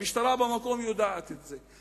המשטרה במקום יודעת את זה,